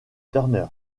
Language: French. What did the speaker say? turner